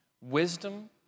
Wisdom